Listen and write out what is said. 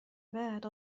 بعد